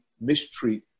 mistreat